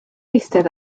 eistedd